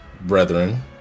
brethren